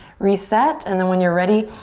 reset and then when you're ready,